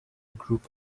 group